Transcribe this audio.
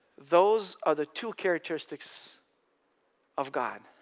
those are the two characteristics of god,